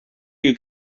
you